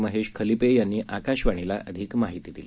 महेश खलीपे यांनी आकाशवाणीला अधिक माहिती दिली